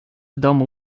domu